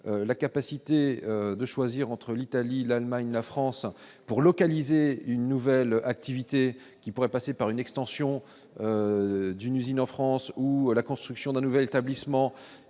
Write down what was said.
la capacité de choisir entre l'Italie, l'Allemagne, la France pour localiser une nouvelle activité qui pourrait passer par une extension d'une usine en France ou à la construction d'un nouvel établissement